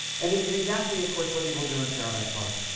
and this is exactly, of course, what he will do in paradise lost.